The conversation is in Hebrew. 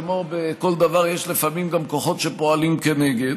כמו בכל דבר יש לפעמים גם כוחות שפועלים נגד,